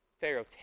Pharaoh